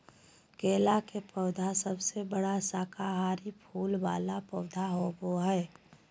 केला के पौधा सबसे बड़ा शाकाहारी फूल वाला पौधा होबा हइ